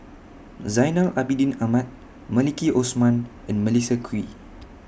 Zainal Abidin Ahmad Maliki Osman and Melissa Kwee